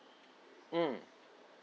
mm